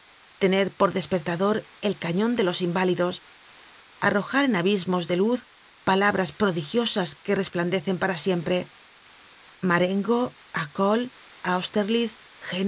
tener por despertador el canon de los inválidos arrojar en abismos de luz palabras prodigiosas que resplandecen para siempre marengo